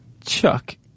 Chuck